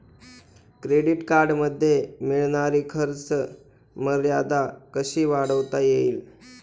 Credit कार्डमध्ये मिळणारी खर्च मर्यादा कशी वाढवता येईल?